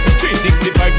365